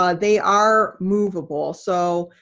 um they are moveable. so